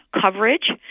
coverage